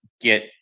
get